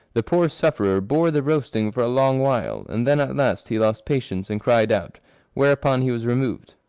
the poor sufferer bore the roasting for a long while, and then at last he lost patience and cried out where upon he was removed.